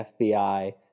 FBI